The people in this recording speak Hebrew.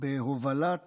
בהובלת